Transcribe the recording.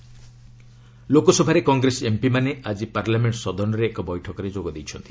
Congress meeting ଲୋକସଭାରେ କଂଗ୍ରେସ ଏମ୍ପିମାନେ ଆଜି ପାର୍ଲାମେଣ୍ଟ ସଦନରେ ଏକ ବୈଠକରେ ଯୋଗ ଦେଇଛନ୍ତି